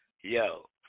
yo